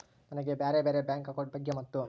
ನನಗೆ ಬ್ಯಾರೆ ಬ್ಯಾರೆ ಬ್ಯಾಂಕ್ ಅಕೌಂಟ್ ಬಗ್ಗೆ ಮತ್ತು?